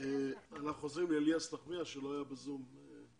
אנחנו חוזרים לאליאס נחמיאס שקודם לא היה ב-זום.